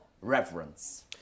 reverence